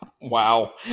wow